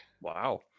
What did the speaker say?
Wow